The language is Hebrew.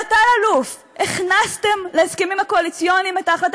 ועדת אלאלוף הכנסתם להסכמים הקואליציוניים את ההחלטה